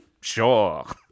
Sure